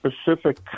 specific